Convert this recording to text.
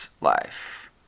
life